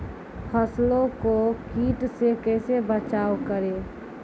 फसलों को कीट से कैसे बचाव करें?